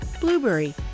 Blueberry